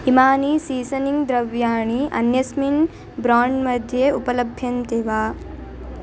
इमानि सीसनिङ्ग् द्रव्याणि अन्यस्मिन् ब्राण्ड् मध्ये उपलभ्यन्ते वा